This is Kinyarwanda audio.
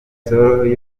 sol